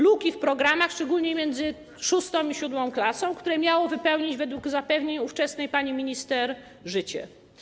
Luki w programach, szczególnie między VI i VII klasą, które miało wypełnić według zapewnień ówczesnej pani minister życie.